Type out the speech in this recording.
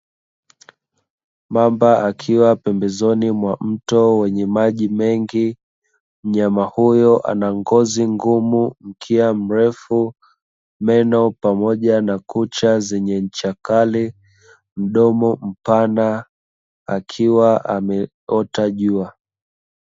Mamba akiwa pembezoni mwa mto wenye maji mengi, mnyama huyo ana ngozi ngumu, mkia mrefu, meno pamoja na kucha zenye ncha kali, mdomo mpana akiwa ameota jua.